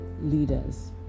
leaders